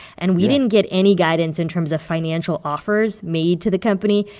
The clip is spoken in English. and we didn't get any guidance in terms of financial offers made to the company.